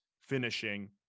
finishing